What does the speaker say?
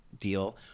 deal